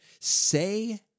say